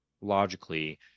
logically